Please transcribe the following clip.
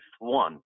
one